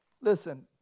Listen